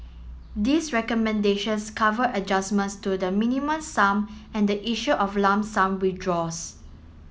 these recommendations cover adjustments to the Minimum Sum and the issue of lump sum withdraws